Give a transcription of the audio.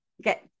okay